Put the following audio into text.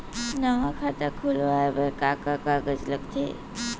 नवा खाता खुलवाए बर का का कागज लगथे?